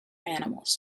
animals